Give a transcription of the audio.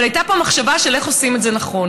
אבל הייתה פה מחשבה על איך עושים את זה נכון.